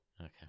Okay